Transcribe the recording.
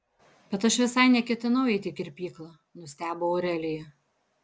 bet aš visai neketinau eiti į kirpyklą nustebo aurelija